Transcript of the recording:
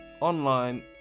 online